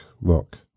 Rock